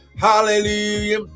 Hallelujah